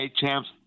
champs